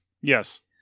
Yes